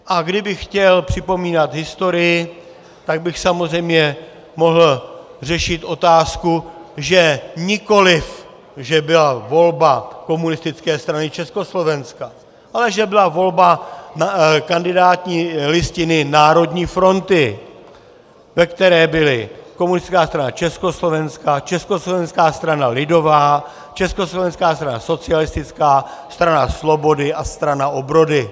A kdybych chtěl připomínat historii, tak bych samozřejmě mohl řešit otázku, že nikoliv že byla volba Komunistické strany Československa, ale že byla volba kandidátní listiny Národní fronty, ve které byly Komunistická strana Československa, Československá strana lidová, Československá strana socialistická, Strana slobody a Strana obrody.